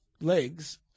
Legs